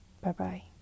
Bye-bye